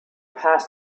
pass